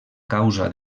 causa